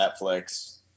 Netflix